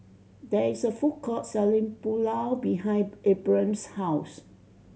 there is a food court selling Pulao behind Abram's house